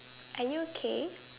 are you okay